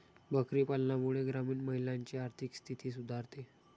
बकरी पालनामुळे ग्रामीण महिलांची आर्थिक स्थिती सुधारते